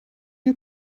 you